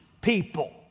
people